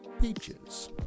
peaches